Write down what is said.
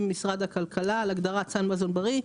משרד הכלכלה על הגדרת סל מזון בריא,